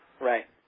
Right